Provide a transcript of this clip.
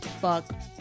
fuck